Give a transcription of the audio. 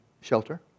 shelter